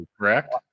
correct